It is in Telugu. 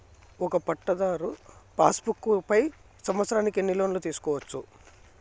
ఒక పట్టాధారు పాస్ బుక్ పై సంవత్సరానికి ఎన్ని సార్లు లోను తీసుకోవచ్చు?